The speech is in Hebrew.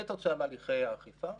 כתוצאה מהליכי האכיפה?